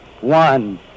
one